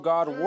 God